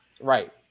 Right